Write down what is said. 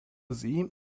sie